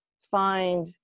find